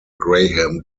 graham